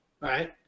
Right